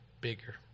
bigger